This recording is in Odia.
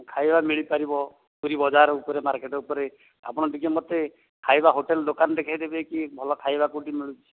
ଖାଇବା ମିଳି ପାରିବ ପୁରୀ ବଜାର ଉପରେ ମାର୍କେଟ୍ ଉପରେ ଆପଣ ଟିକେ ମୋତେ ଖାଇବା ହୋଟେଲ୍ ଦୋକାନ ଦେଖଇଦେବେ କି ଭଲ ଖାଇବା କୋଉଠି ମିଳୁଛି